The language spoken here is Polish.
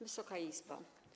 Wysoka Izbo!